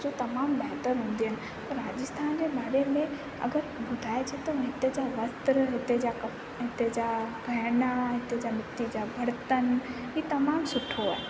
त तमामु बहितर हूंदियूं आहिनि राजस्थान जे बारे में अगरि ॿुधाइजो थो हिते जा वस्त्र हिते जा कपिड़ा हिते जा गहिना हितां जा बर्तन ई तमामु सुठो आहे